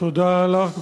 תודה לך,